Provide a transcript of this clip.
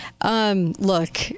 Look